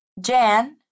Jan